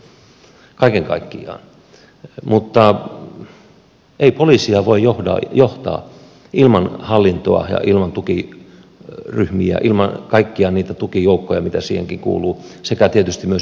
mutta ei poliisia voi johtaa ilman hallintoa ja ilman tukiryhmiä ilman kaikkia niitä tukijoukkoja mitä siihenkin kuuluu sekä tietysti myös hyvää johtoa